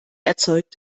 erzeugt